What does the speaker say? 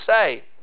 say